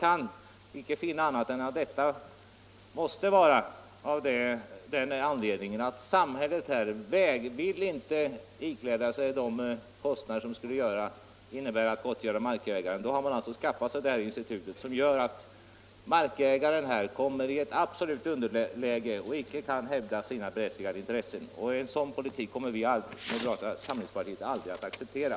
Anledningen måste vara att samhället inte vill ikläda sig de kostnader som det skulle innebära att gottgöra markägaren. Därför har man skaffat sig det här instrumentet, som gör att markägaren hamnar i ett absolut underläge och icke kan hävda sina berättigade intressen. En sådan politik kommer vi i moderata samlingspartiet aldrig att acceptera.